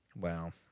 Wow